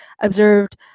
observed